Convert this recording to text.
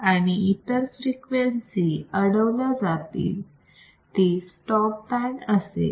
आणि इतर फ्रिक्वेन्सी अडवल्या जातील ती स्टॉप बँड असेल